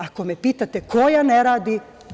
Ako me pitate koja ne radi?